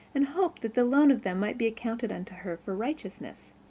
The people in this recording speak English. and hoped that the loan of them might be accounted unto her for righteousness.